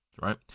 right